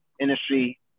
industry